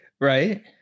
Right